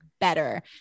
better